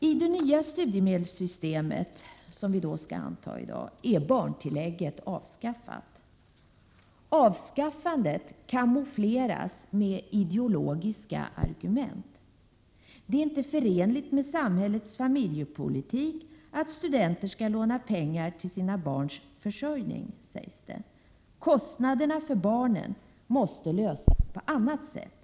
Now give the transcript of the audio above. I det nya studiemedelssystemet, som riksdagen skall anta i dag, har barntillägget avskaffats. Avskaffandet kamoufleras med ideologiska argument. Det är inte förenligt med samhällets familjepolitik att studenter skall låna pengar till sina barns försörjning, sägs det. Kostnaderna för barnen måste klaras på annat sätt.